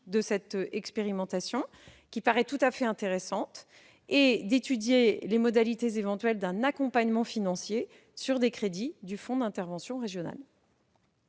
de cette expérimentation, qui paraît tout à fait intéressante, et d'étudier les modalités éventuelles d'un accompagnement financier sur des crédits du fonds d'intervention régional.